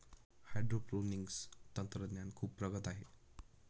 hydroponics तंत्रज्ञान खूप प्रगत आहे